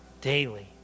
daily